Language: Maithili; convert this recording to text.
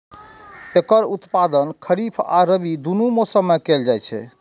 एकर उत्पादन खरीफ आ रबी, दुनू मौसम मे कैल जाइ छै